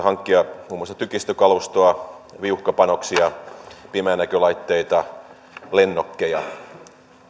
hankkia muun muassa tykistökalustoa viuhkapanoksia pimeänäkölaitteita lennokkeja